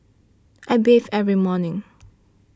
I bathe every morning